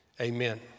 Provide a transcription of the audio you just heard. amen